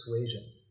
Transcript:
Persuasion